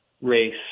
race